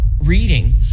reading